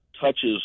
touches